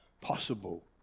possible